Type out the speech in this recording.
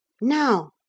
Now